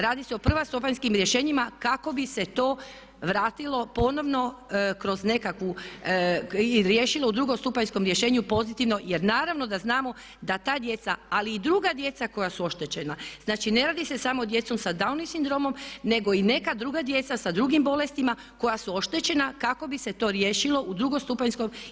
Radi se o prvostupanjskim rješenjima kako bi se to vratilo ponovno kroz nekakvu i riješilo u drugostupanjskom rješenju pozitivno jer naravno da znamo da ta djeca ali i druga djeca koja su oštećena, znači ne radi se samo o djeci sa down sindromom nego i neka druga djeca sa drugim bolestima koja su oštećena kako bi se to riješilo u drugostupanjskom.